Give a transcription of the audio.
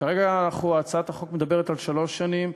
כרגע הצעת החוק מדברת על שלוש שנים,